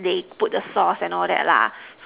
they put the sauce and all that lah